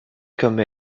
comme